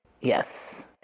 Yes